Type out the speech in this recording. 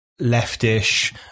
leftish